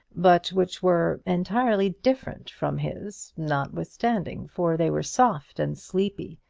but which were entirely different from his, notwithstanding for they were soft and sleepy,